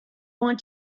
want